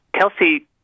Kelsey